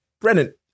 Brennan